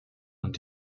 und